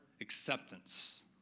acceptance